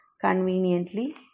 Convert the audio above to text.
conveniently